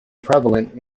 prevalent